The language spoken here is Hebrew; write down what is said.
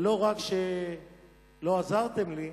ולא רק שלא עזרתם לי,